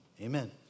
amen